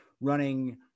running